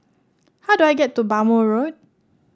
how do I get to Bhamo Road